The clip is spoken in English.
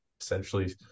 essentially